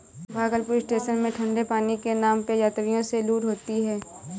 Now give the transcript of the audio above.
Bhagalpur station में ठंडे पानी के नाम पे यात्रियों से लूट होती है